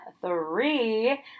three